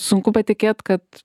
sunku patikėti kad